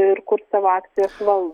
ir kur savo akcijas val